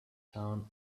town